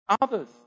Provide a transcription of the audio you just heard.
others